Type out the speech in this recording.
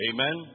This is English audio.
Amen